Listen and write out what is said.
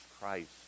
Christ